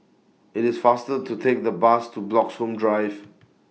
IT IS faster to Take The Bus to Bloxhome Drive